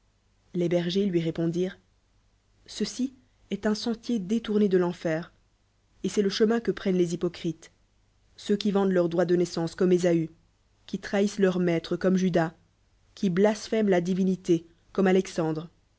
les bergers lui répondirent ceci est un sentier détourné de l'enfer et c'est le chemin que prennent les hypocrites ceux qui vendent ilr droii de nâissance comme esaü qui trahissenl leur maitl e comme judas qui blasphèment la divinité comme alexandre